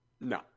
no